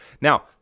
now